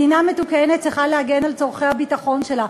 מדינה מתוקנת צריכה להגן על צורכי הביטחון שלה,